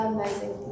Amazing